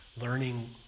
Learning